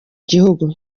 gihugu